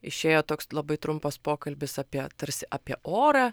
išėjo toks labai trumpas pokalbis apie tarsi apie orą